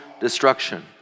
destruction